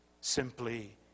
simply